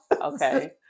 okay